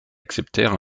acceptèrent